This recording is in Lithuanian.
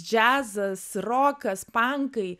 džiazas rokas pankai